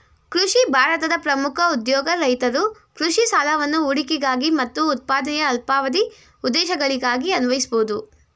ಕೃಷಿ ಭಾರತದ ಪ್ರಮುಖ ಉದ್ಯೋಗ ರೈತರು ಕೃಷಿ ಸಾಲವನ್ನು ಹೂಡಿಕೆಗಾಗಿ ಮತ್ತು ಉತ್ಪಾದನೆಯ ಅಲ್ಪಾವಧಿ ಉದ್ದೇಶಗಳಿಗಾಗಿ ಅನ್ವಯಿಸ್ಬೋದು